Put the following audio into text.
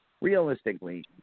Realistically